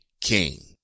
King